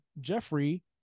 Jeffrey